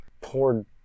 poured